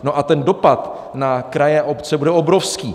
No a ten dopad na kraje a obce bude obrovský.